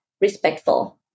respectful